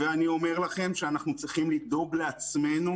אני אומר לכם שאנחנו צריכים לדאוג לעצמנו